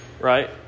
Right